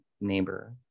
neighbor